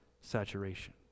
saturation